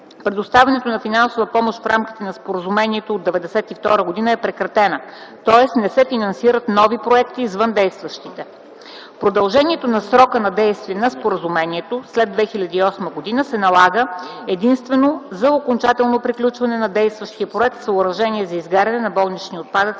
предоставянето на финансова помощ в рамките на споразумението от 1992 г. е прекратена, тоест не се финансират нови проекти извън действащите. Продължаването на срока на действие на споразумението след 2008 г. се налага единствено за окончателно приключване на действащия проект „Съоръжение за изгаряне на болнични отпадъци,